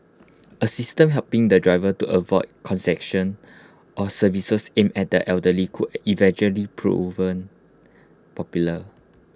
A system helping the driver to avoid or services aimed at the elderly could eventually proven popular